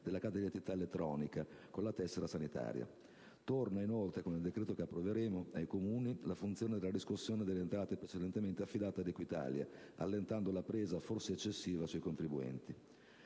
della carta di identità elettronica con la tessera sanitaria. Con il decreto che approveremo, torna ai Comuni la funzione della riscossione delle entrate precedentemente affidata ad Equitalia, allentando la presa, forse eccessiva, sui contribuenti.